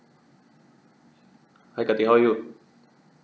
hi how are you